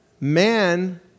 man